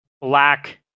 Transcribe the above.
black